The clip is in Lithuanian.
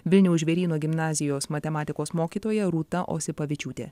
vilniaus žvėryno gimnazijos matematikos mokytoja rūta osipavičiūtė